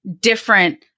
different